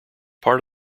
part